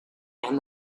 and